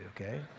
Okay